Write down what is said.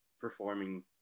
performing